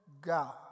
God